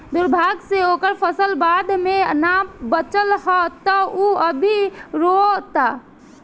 दुर्भाग्य से ओकर फसल बाढ़ में ना बाचल ह त उ अभी रोओता